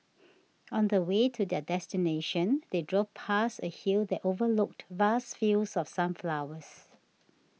on the way to their destination they drove past a hill that overlooked vast fields of sunflowers